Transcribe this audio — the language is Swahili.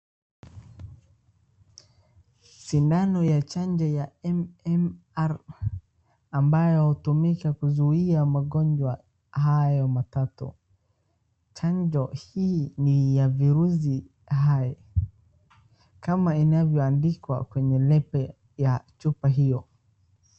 Sindano ya chanjo ya MMR ambayo hutumika kuzuia magonjwa hayo matatu, chanjo hii ni ya virusi haya kama inavyoandikwa kwenye lebo ya chupa hiyo.